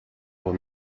were